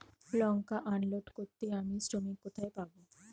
লঙ্কা unload করতে আমি শ্রমিক কোথায় পাবো?